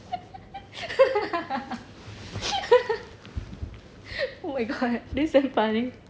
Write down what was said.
oh my god this damn funny